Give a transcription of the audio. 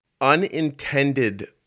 unintended